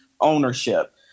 ownership